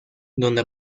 donde